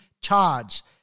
charge